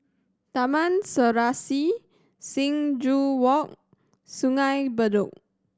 Taman Serasi Sing Joo Walk Sungei Bedok